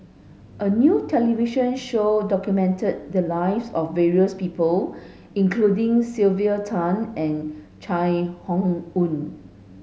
a new television show documented the lives of various people including Sylvia Tan and Chai Hon Yoong